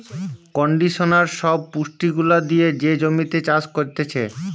conditioner সব পুষ্টি গুলা দিয়ে যে জমিতে চাষ করতিছে